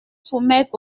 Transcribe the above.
soumettre